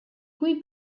qui